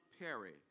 Perry